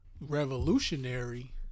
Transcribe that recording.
revolutionary